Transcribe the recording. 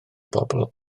bobl